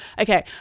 Okay